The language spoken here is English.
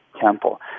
temple